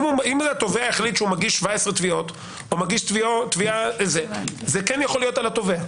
אם התובע החליט שהוא מגיש 17 תביעות זה יכול להיות על התובע.